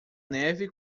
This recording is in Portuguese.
neve